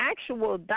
actual